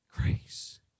Grace